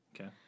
Okay